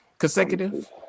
Consecutive